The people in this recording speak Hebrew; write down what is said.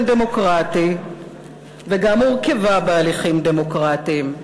דמוקרטי וגם הורכבה בהליכים דמוקרטיים.